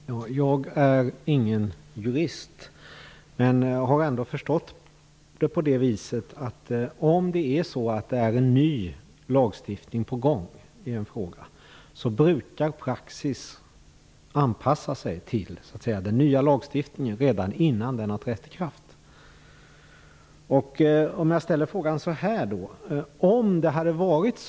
Fru talman! Jag är ingen jurist, men jag har ändå förstått att om det är en ny lagstiftning på gång i en fråga brukar praxis anpassa sig till den nya lagstiftningen redan innan den har trätt i kraft. Låt mig ställa frågan så här i stället.